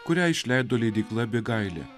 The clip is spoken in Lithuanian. kurią išleido leidykla abigailė